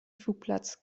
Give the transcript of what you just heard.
flugplatz